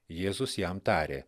jėzus jam tarė